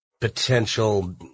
potential